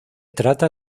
trata